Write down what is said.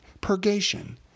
purgation